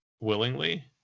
willingly